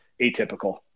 atypical